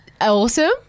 awesome